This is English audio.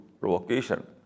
provocation